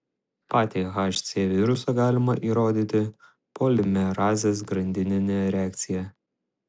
patį hc virusą galima įrodyti polimerazės grandinine reakcija